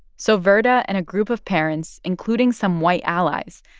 so verda and a group of parents, including some white allies,